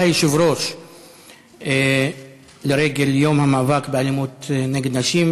היושב-ראש לרגל יום המאבק באלימות נגד נשים,